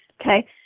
Okay